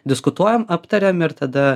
diskutuojam aptariam ir tada